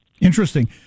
interesting